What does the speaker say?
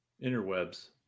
Interwebs